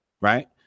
Right